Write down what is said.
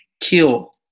kill